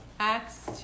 Acts